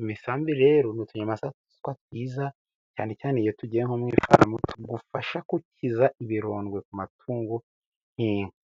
imisambi rero niutunmasazwa twiza cyane cyane iyo tugiye mu ifamu tugufasha gukiza ibirondwe ku matungo nk'inka.